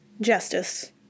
justice